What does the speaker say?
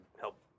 help